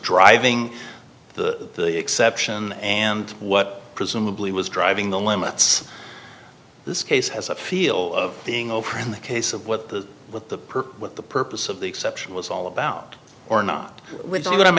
driving the exception and what presumably was driving the limits this case has a feel of being over in the case of what the what the per what the purpose of the exception was all about or not